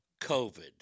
COVID